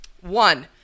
One